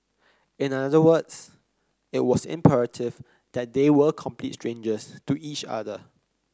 in other words it was imperative that they were complete strangers to each other